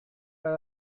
بعد